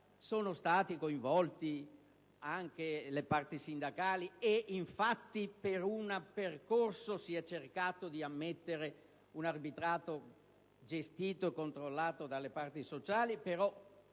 sono state coinvolte anche le parti sindacali, e infatti per un percorso si è cercato di ammettere un arbitrato gestito, controllato delle parti sociali, però,